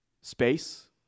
space